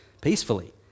peacefully